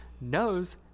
knows